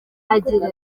agira